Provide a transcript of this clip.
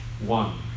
one